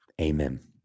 Amen